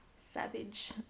Savage